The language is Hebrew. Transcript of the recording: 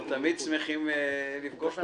אנחנו תמיד שמחים לפגוש אותך.